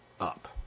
up